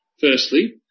Firstly